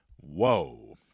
Whoa